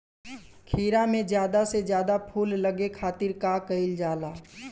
खीरा मे ज्यादा से ज्यादा फूल लगे खातीर का कईल जाला?